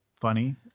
funny